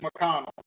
McConnell